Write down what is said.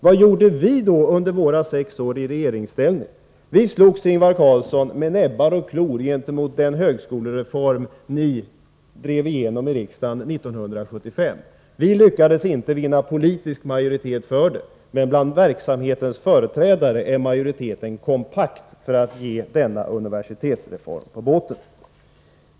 Vad gjorde vi då under våra sex år i regeringsställning? Vi slogs, Ingvar Carlsson, med näbbar och klor gentemot den högskolereform ni drev igenom i riksdagen 1975. Vi lyckades inte vinna politisk majoritet för vår uppfattning, men bland verksamhetens företrädare är majoriteten kompakt för att ge denna universitetsreform på båten.